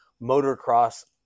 motocross